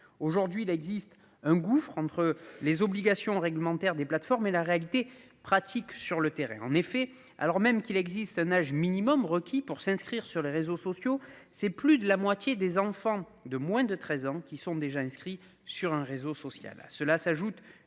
Aujourd'hui, il existe un gouffre entre les obligations réglementaires des plateformes et la réalité pratique sur le terrain, en effet, alors même qu'il existe un âge minimum requis pour s'inscrire sur les réseaux sociaux. C'est plus de la moitié des enfants de moins de 13 ans qui sont déjà inscrits sur un réseau social.